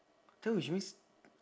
then which means